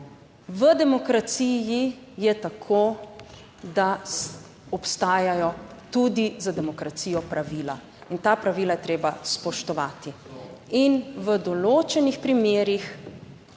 v demokraciji je tako, da obstajajo tudi za demokracijo pravila in ta pravila je treba spoštovati in v določenih primerih